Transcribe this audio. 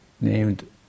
named